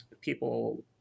people